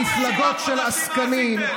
מפלגות של עסקנים,